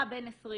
אתה בן 21